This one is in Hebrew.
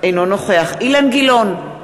אינו נוכח אילן גילאון,